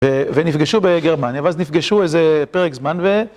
ונפגשו בגרמניה, ואז נפגשו איזה פרק זמן ו...